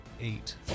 eight